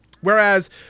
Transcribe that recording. Whereas